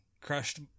crushed